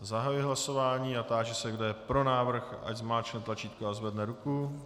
Zahajuji hlasování a táži se, kdo je pro návrh, ať zmáčkne tlačítko a zvedne ruku.